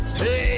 Hey